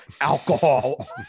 alcohol